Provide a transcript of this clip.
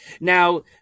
Now